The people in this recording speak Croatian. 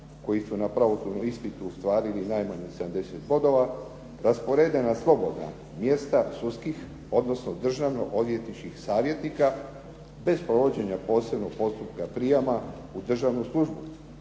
koji su na pravosudnom ispitu ostvarili najmanje 70 bodova rasporede na slobodna mjesta sudskih odnosno državno-odvjetničkih savjetnika bez provođenja posebnog postupka prijama u državnu službu,